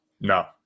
No